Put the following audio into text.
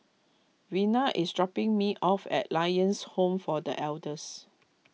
Vena is dropping me off at Lions Home for the Elders